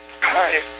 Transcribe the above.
hi